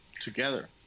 together